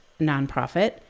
nonprofit